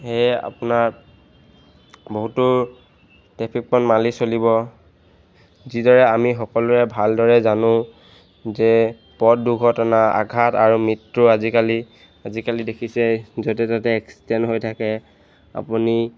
সেয়ে আপোনাৰ বহুতো ট্ৰেফিক পইণ্ট মালি চলিব যিদৰে আমি সকলোৰে ভালদৰে জানো যে পথ দুৰ্ঘটনা আঘাত আৰু মৃত্যু আজিকালি আজিকালি দেখিছে য'তে ত'তে এক্সিডেণ্ট হৈ থাকে আপুনি